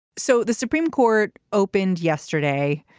so the supreme court opened yesterday.